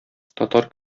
татар